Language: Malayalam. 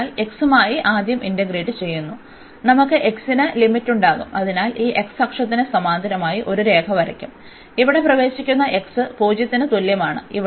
അതിനാൽ x മായി ആദ്യം ഇന്റഗ്രേറ്റ് ചെയ്യുന്നു നമുക്ക് x ന് ലിമിറ്റുണ്ടാകും അതിനാൽ ഈ x അക്ഷത്തിന് സമാന്തരമായി ഒരു രേഖ വരയ്ക്കും ഇവിടെ പ്രവേശിക്കുന്ന x 0 ന് തുല്യമാണ്